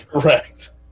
Correct